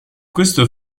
questo